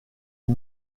est